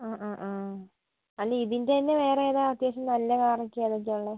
ആ ആ ആ അല്ല ഇതിൻ്റെ തന്നെ വേറെ ഏതാ അത്യാവശ്യം നല്ല കാറൊക്കെ ഏതൊക്കെയാണ് ഉള്ളത്